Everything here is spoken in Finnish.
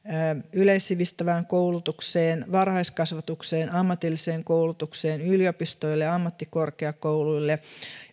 yleissivistävään koulutukseen varhaiskasvatukseen ammatilliseen koulutukseen yliopistoille ja ammattikorkeakouluille